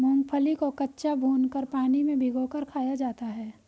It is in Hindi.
मूंगफली को कच्चा, भूनकर, पानी में भिगोकर खाया जाता है